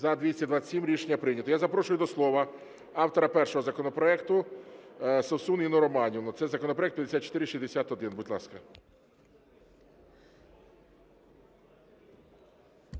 За-227 Рішення прийнято. Я запрошую до слова автора першого законопроекту Совсун Інну Романівну, це законопроект 5461, будь ласка.